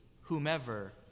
whomever